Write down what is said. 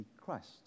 Christ